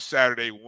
Saturday